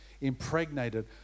impregnated